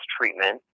treatment